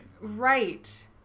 Right